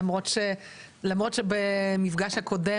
למרות שבמפגש הקודם,